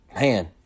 Man